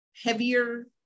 heavier